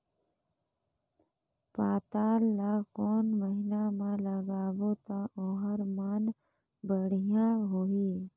पातल ला कोन महीना मा लगाबो ता ओहार मान बेडिया होही?